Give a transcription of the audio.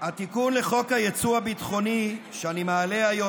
התיקון לחוק היצוא הביטחוני שאני מעלה היום